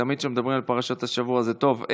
תמיד כשמדברים על פרשת השבוע זה טוב.